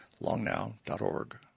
longnow.org